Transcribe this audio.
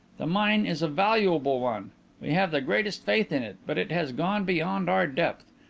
the mine is a valuable one we have the greatest faith in it, but it has gone beyond our depth.